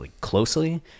closely